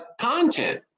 content